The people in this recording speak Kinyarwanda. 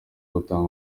butanga